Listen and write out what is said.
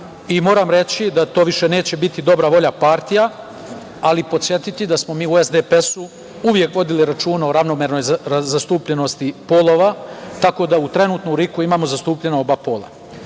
i moram reći da to više neće biti dobra volja partija, ali podsetiti da smo mi u SDPS-u uvek vodili računa o ravnomernoj zastupljenosti polova, tako da trenutno u RIK-u imamo zastupljena oba pola. Želim